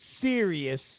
serious